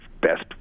best